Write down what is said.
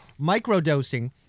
microdosing